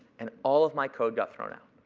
and all of my code got thrown out.